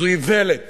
זו איוולת